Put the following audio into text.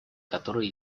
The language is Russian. которые